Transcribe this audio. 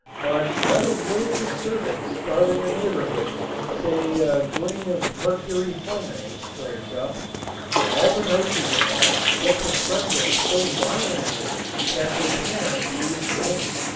but let a little disturbance start in the neighborhood say a grain of mercury fulminate flares up and all the nitrogen atoms get to trembling so violently that they cannot be restrained.